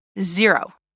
Zero